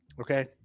Okay